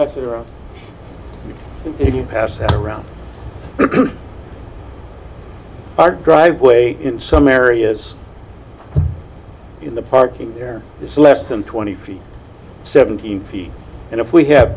if you pass around our driveway in some areas the parking there is less than twenty feet seventeen feet and if we have